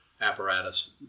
apparatus